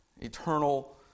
eternal